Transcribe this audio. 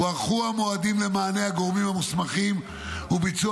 הוארכו המועדים למענה הגורמים המוסמכים וביצוע